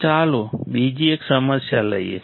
તો ચાલો બીજી એક સમસ્યા લઈએ